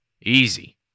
Easy